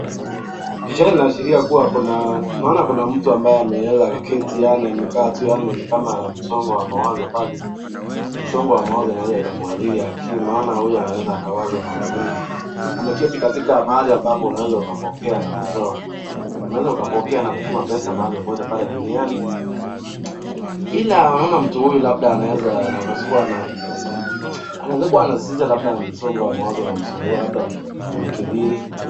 Picha hii inaashiria kuwa kuna naona kuna mtu ambaye ameweza akaketi yaani amekaa tu yaani ni kama ana msongo wa mawazo pale. Msongo wa mawazo inaweza ikamwathiri akili. Naona huyu anaweza akawaza mambo mengi. Ameketi katika mahali ambapo unaweza ukapokea na kupewa. Unaweza ukapokea na kutuma pesa mahali popote pale duniani. Ila naona mtu huyu labda anaweza akawa anasisitiza labda msongo wa mawazo unamsumbua labda umemkithiri.